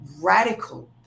radical